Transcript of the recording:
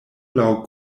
laŭ